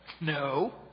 no